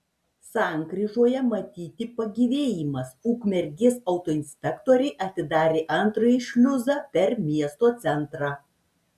sankryžoje matyti pagyvėjimas ukmergės autoinspektoriai atidarė antrąjį šliuzą per miesto centrą